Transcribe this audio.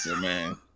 man